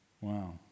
Wow